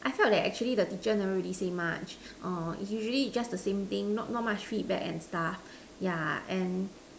I felt that the teacher never really say much orh is usually just the same thing not not much feedback and stuff yeah and